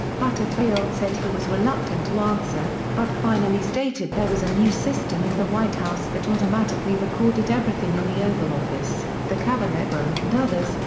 butterfield said he was reluctant to answer, but finally stated there was a new system in the white house that automatically recorded everything in the oval office, the cabinet room and others,